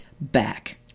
back